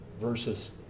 versus